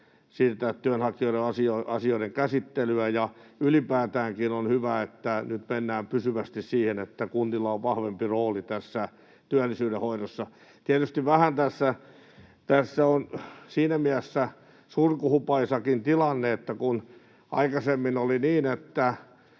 siirtää työnhakijoiden asioiden käsittelyä, ja ylipäätäänkin on hyvä, että nyt mennään pysyvästi siihen, että kunnilla on vahvempi rooli tässä työllisyydenhoidossa. Tietysti vähän tässä on siinä mielessä surkuhupaisakin tilanne, että kun aikaisemmin oli niin, että